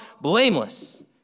blameless